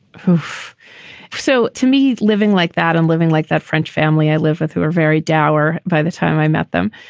huf so to me, living like that and living like that french family i live with who are very dower by the time i met them.